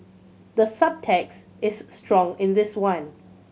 the subtext is strong in this one